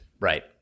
Right